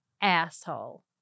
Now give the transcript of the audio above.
asshole